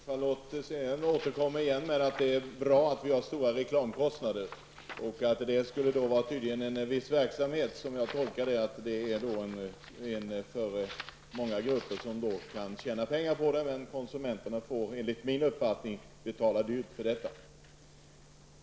Fru talman! Charlotte Cederschiöld återkommer igen med att det är bra att vi har stora reklamkostnader. Det är en verksamhet som många grupper kan tjäna pengar på. Men konsumenterna får enligt min mening betala dyrt för det.